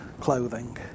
clothing